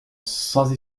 sans